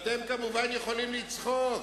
אתם כמובן יכולים לצחוק,